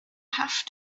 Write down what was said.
have